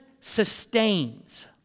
sustains